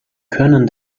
können